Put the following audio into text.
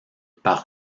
par